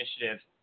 initiative